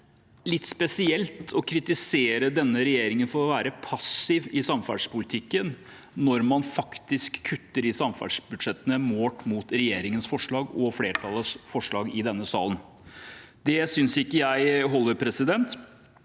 litt spesielt å kritisere denne regjeringen for å være passiv i samferdselspolitikken når man selv faktisk kutter i samferdselsbudsjettene, målt mot regjeringens forslag og flertallets forslag i denne salen. Det synes jeg ikke holder.